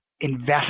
Invest